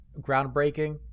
groundbreaking